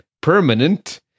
permanent